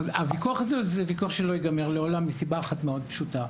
הוויכוח הזה הוא ויכוח שלא יסתיים לעולם וזאת מסיבה אחת מאוד פשוטה.